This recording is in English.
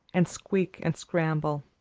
and squeak and scramble.